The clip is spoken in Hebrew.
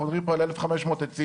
אנחנו מדברים פה על 1,500 עצים,